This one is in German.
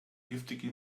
giftige